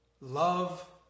love